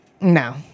No